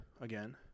Again